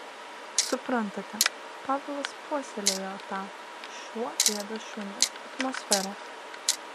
suprantate pavelas puoselėjo tą šuo ėda šunį atmosferą